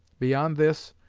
beyond this,